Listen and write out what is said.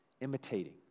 imitating